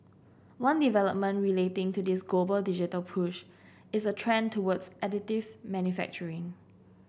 one development relating to this global digital push is a trend towards additive manufacturing